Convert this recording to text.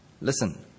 listen